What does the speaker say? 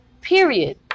Period